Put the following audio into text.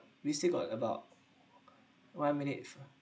we still got about one minute